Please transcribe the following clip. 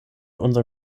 unser